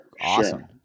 awesome